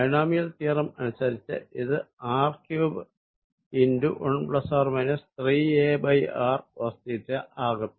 binomial theorem അനുസരിച്ച് ഇത് r3 ആകും